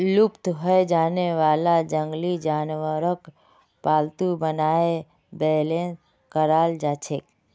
लुप्त हैं जाने वाला जंगली जानवरक पालतू बनाए बेलेंस कराल जाछेक